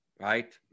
right